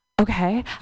Okay